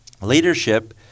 Leadership